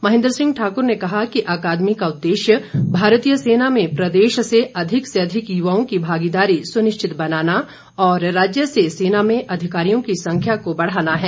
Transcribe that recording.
महेन्द्र सिंह ठाक्र ने कहा कि अकादमी का उद्देश्य भारतीय सेना में प्रदेश से अधिक से अधिक युवाओं की भागीदारी सुनिश्चित बनाना और राज्य से सेना में अधिकारियों की संख्या को बढ़ाना है